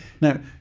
Now